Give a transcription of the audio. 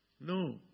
No